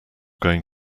going